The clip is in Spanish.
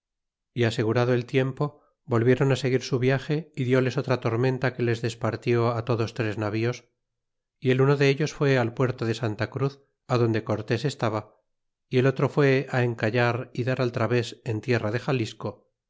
y asegurado el tiempo volvieron seguir su viaje y diles otra tormenta que les despartió á todos tres navíos y el uno de ellos fue al puerto de santacruz donde cortés estaba y el otro fue encallar y dar al traves en tierra de xalisco